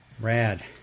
Rad